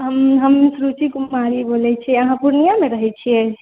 हम हम सुरुचि कुमारी बोलए छी अहाँ पूर्णियामे रहए छिऐ